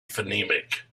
phonemic